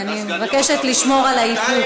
אני מבקשת לשמור על האיפוק.